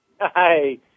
Hi